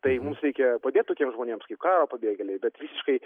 tai mus reikia padėt tokiems žmonėms kaip karo pabėgėliai bet visiškai